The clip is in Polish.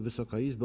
Wysoka Izbo!